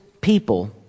people